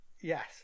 Yes